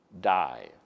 die